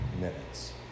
minutes